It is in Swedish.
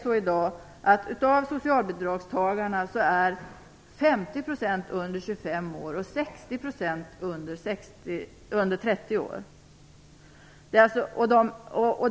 Av socialbidragstagarna är i dag 50 % under 25 år och 60 % under 30 år.